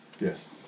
Yes